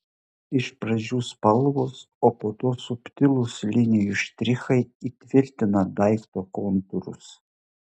iš pradžių spalvos o po to subtilūs linijų štrichai įtvirtina daikto kontūrus